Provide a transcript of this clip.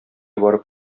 барып